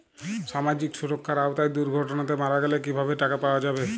সামাজিক সুরক্ষার আওতায় দুর্ঘটনাতে মারা গেলে কিভাবে টাকা পাওয়া যাবে?